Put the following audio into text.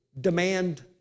demand